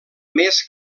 més